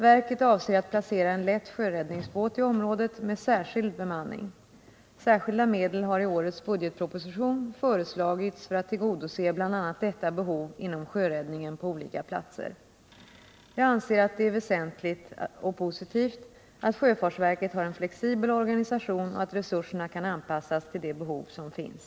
Verket avser att placera en lätt sjöräddningsbåt i området med särskild bemanning. Särskilda medel har i årets budgetproposition föreslagits för att tillgodose bl.a. detta behov inom sjöräddningen på olika platser. Jag anser att det är väsentligt och positivt att sjöfartsverket har en flexibel organisation och att resurserna kan anpassas till det behov som finns.